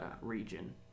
region